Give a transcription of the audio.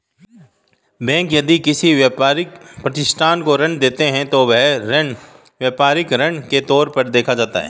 bank यदि किसी व्यापारिक प्रतिष्ठान को ऋण देती है तो वह ऋण व्यापारिक ऋण के तौर पर देखा जाता है